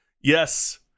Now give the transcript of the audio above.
Yes